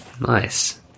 nice